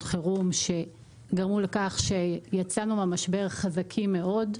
חירום שגרמו לכך שיצאנו מהמשבר חזקים מאוד,